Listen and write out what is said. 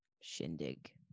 shindig